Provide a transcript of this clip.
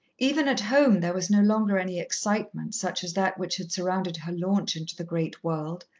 even at home there was no longer any excitement such as that which had surrounded her launch into the great world,